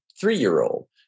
three-year-old